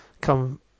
Come